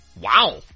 Wow